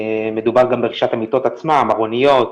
מדובר גם ברכישת המיטות עצמן, ארוניות,